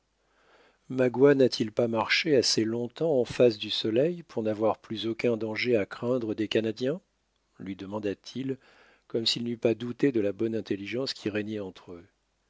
magua n'a-t-il pas marché assez longtemps en face du soleil pour n'avoir plus aucun danger à craindre des canadiens lui demanda-t-il comme s'il n'eût pas douté de la bonne intelligence qui régnait entre eux